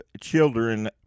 children